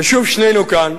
ושוב שנינו כאן,